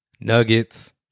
Nuggets